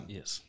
Yes